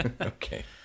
Okay